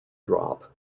drop